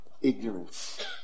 Ignorance